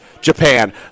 japan